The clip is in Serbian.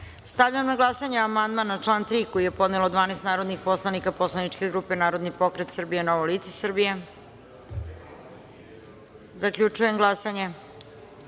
na glasanje amandman na član 4. koji je podnelo 12 narodnih poslanika poslaničke grupe Narodni pokret Srbije – Novo lice Srbije. Zaključujem glasanje: